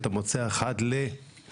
אתה מוצא אחד ל-.